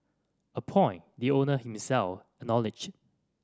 a point the owner himself acknowledged